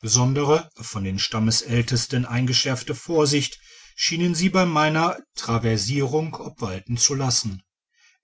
besondere von dem stammältesten eingeschärfte vorsicht schienen sie bei meiner traversierung obwalten zu lassen